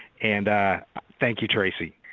and thank you, tracy.